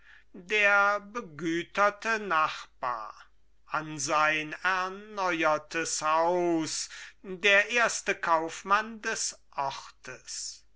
der begüterte nachbar an sein erneuertes haus der erste kaufmann des ortes